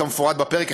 כמפורט בפרק,